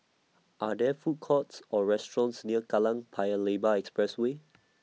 Are There Food Courts Or restaurants near Kallang Paya Lebar Expressway